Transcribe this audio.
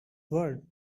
world